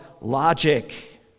logic